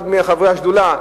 אחד מחברי השדולה,